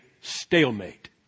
stalemate